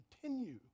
continue